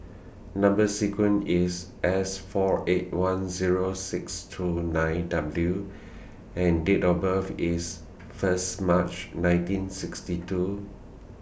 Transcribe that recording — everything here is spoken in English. Number sequence IS S four eight one Zero six two nine W and Date of birth IS First March nineteen sixty two